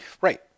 right